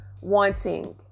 wanting